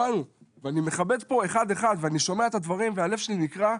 אני מכבד פה אחד אחד ואני שומע את הדברים והלב שלי נקרע,